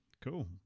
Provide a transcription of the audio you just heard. cool